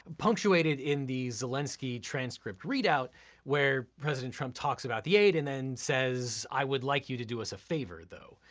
punctuated in the zelensky transcript readout where president trump talks about the aid and then says i would like you to do us a favor though.